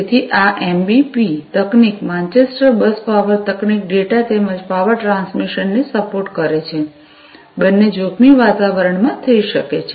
તેથી આ એમબીપી તકનીક માન્ચેસ્ટર બસ પાવર તકનીક ડેટા તેમજ પાવર ટ્રાન્સમિશનને સપોર્ટ કરે છે બંને જોખમી વાતાવરણમાં થઈ શકે છે